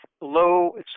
low